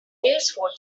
useful